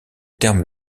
terme